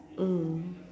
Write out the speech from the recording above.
mm